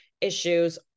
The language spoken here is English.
issues